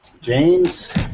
James